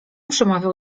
przemawiał